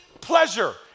pleasure